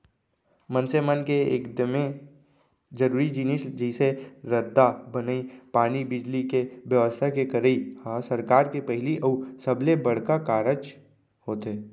मनसे मन के एकदमे जरूरी जिनिस जइसे रद्दा बनई, पानी, बिजली, के बेवस्था के करई ह सरकार के पहिली अउ सबले बड़का कारज होथे